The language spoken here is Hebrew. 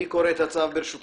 אני אקרא את הצו.